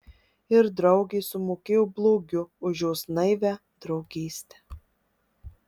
ir draugė sumokėjo blogiu už jos naivią draugystę